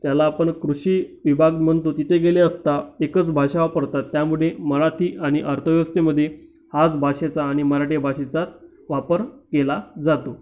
त्याला आपण कृषि विभाग म्हणतो तिथे गेले असता एकच भाषा वापरतात त्यामुळे मला ती आणि अर्थव्यवस्थेमधे हाच भाषेचा आणि मराठी भाषेचा वापर केला जातो